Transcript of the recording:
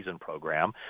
program